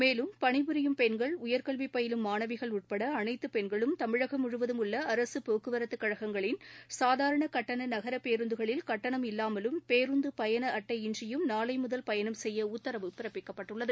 மேலும் பணிபுரியும் பெண்கள் உயர்கல்வி பயிலும் மாணவிகள் உட்பட அனைத்து பெண்களும் தமிழகம் முழுவதும் உள்ள அரசு போக்குவரத்துக் கழகங்களின் சாதாரண கட்டண நகரப் பேருந்துகளில் கட்டணம் இல்லாமலும் பேருந்து பயண அட்டை இன்றியும் நாளை முதல் பயணம் செய்ய உத்தரவு பிறப்பிக்கப்பட்டுள்ளது